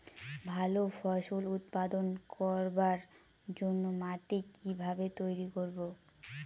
ভালো ফসল উৎপাদন করবার জন্য মাটি কি ভাবে তৈরী করব?